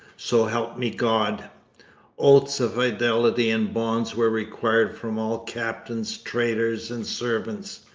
so help me god oaths of fidelity and bonds were required from all captains, traders, and servants.